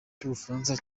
cy’ubufaransa